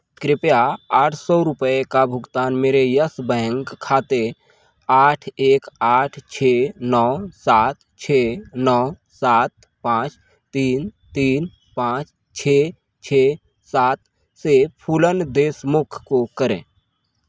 कृपया आठ सौ रुपये का भुगतान मेरे यस बैंक खाते आठ एक आठ छ नौ सात छ नौ सात पाँच तीन तीन पाँच छ सात से फूलन देशमुख को करें